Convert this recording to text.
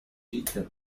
peter